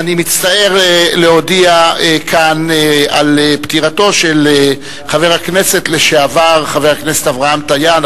אני מצטער להודיע כאן על פטירתו של חבר הכנסת לשעבר אברהם טיאר,